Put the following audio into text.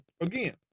again